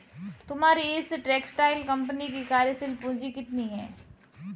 तुम्हारी इस textile company की कार्यशील पूंजी कितनी है?